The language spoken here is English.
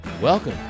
Welcome